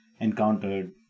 encountered